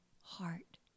heart